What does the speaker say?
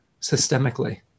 systemically